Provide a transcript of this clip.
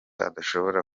adashobora